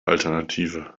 alternative